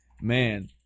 man